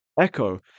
echo